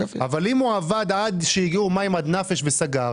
אבל אם הוא עבד עד שהגיעו מים עד נפש וסגר,